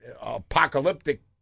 apocalyptic